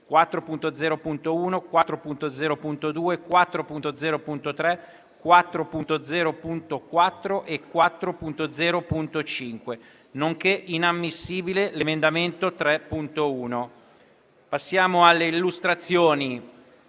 4.0.1, 4.0.2, 4.0.3, 4.0.4 e 4.0.5, nonché inammissibile l'emendamento 3.1. Passiamo all'esame